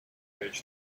bridge